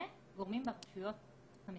וגורמים ברשויות המקומיות.